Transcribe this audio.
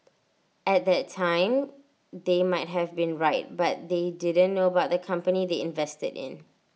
at that time they might have been right but they didn't know about the company they invested in